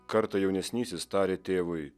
kartą jaunesnysis tarė tėvui